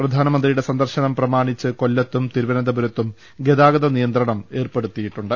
പ്രധാനമന്ത്രിയുടെ സന്ദർശനം പ്രമാണിച്ച് കൊല്ലത്തും തിരുവനന്തപുരത്തും ഗതാഗതനിയന്ത്രണം ഏർപ്പെടുത്തി യിട്ടുണ്ട്